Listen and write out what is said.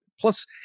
Plus